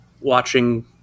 watching